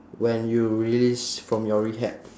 when you release from your rehab